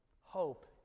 Hope